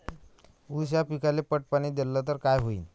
ऊस या पिकाले पट पाणी देल्ल तर काय होईन?